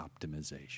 optimization